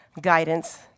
guidance